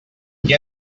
qui